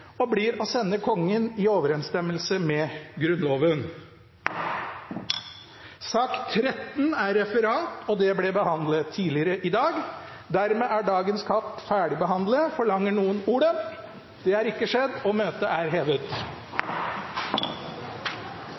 og blir å sende Kongen i overensstemmelse med Grunnloven. Sak nr. 13, Referat, ble behandlet tidligere i dag. Dermed er dagens kart ferdigbehandlet. Forlanger noen ordet før møtet heves? Så synes ikke. – Møtet er hevet.